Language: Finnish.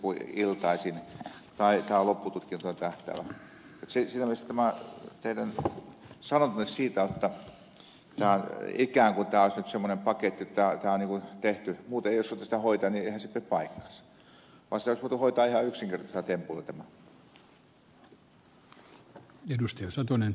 siinä mielessä tämä teidän sanontanne jotta ikään kuin tämä olisi nyt semmoinen paketti joka on tehty koska muuten ei olisi voitu sitä hoitaa niin eihän se pidä paikkaansa vaan tämä olisi voitu hoitaa ihan yksinkertaisella tempulla